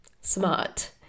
smart